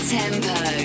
tempo